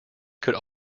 could